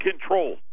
control